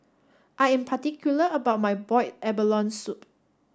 I am particular about my boiled abalone soup